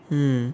mm